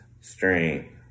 strength